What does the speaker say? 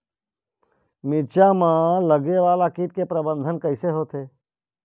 मिरचा मा लगे वाला कीट के प्रबंधन कइसे होथे?